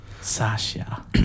Sasha